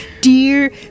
dear